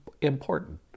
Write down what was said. important